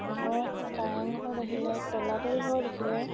কাৰেংঘৰ দেখিলে তলাতলঘৰ দেখিলে